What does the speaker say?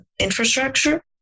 infrastructure